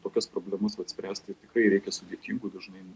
tokias problemas vat spręsti kai reikia sudėtingų dažnai